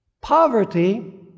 Poverty